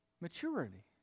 maturity